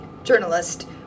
Journalist